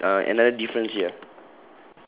okay uh another difference here